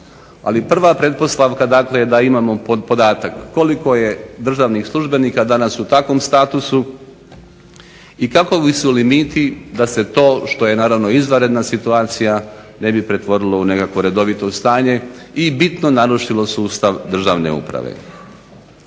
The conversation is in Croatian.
Ali prva pretpostavka je dakle da imamo podatak koliko je državnih službenika danas u takvom statusu i kakvi su limiti da se to što je naravno izvanredna situacija ne bi pretvorilo u nekakvo redovito stanje i bitno narušilo sustav državne uprave.